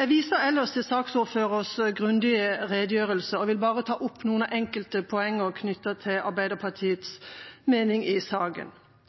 Jeg viser ellers til saksordførerens grundige redegjørelse, og vil bare ta opp noen enkelte poenger knyttet til